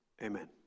Amen